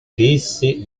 fissi